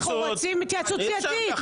אנחנו רוצים התייעצות סיעתית.